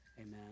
amen